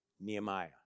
Nehemiah